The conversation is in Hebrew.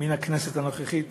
מן הכנסת הנוכחית